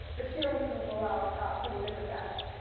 but here, we can rule out pretty big effects.